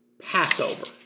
Passover